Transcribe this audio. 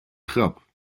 grap